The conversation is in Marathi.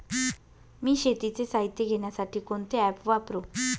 मी शेतीचे साहित्य घेण्यासाठी कोणते ॲप वापरु?